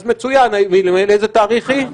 אז מצוין, מאיזה תאריך היא?